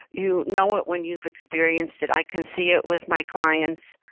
you know it when you've experienced it. i can see it with my clients.